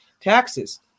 taxes